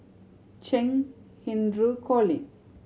Cheng Hinru Colin